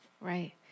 Right